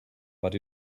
but